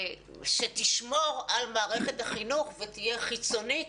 שתשמור על מערכת החינוך ותהיה חיצונית